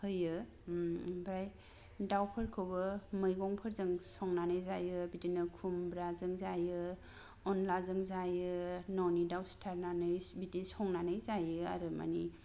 होयो आमफ्राय दाउफोरखौबो मैगंफोरजों संनानै जायो बिदिनो खुमब्राजों जायो अनद्लाजों जायो न'नि दाउ सिथारनानै बिदि संनानै जायो आरो मानि